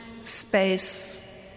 space